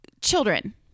Children